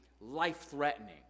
life-threatening